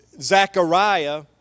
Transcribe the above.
Zechariah